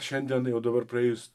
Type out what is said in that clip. šiandien jau dabar praėjus